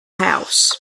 house